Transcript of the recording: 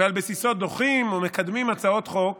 ועל בסיסו דוחים או מקדמים הצעות חוק